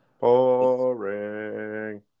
Boring